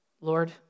Lord